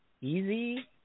easy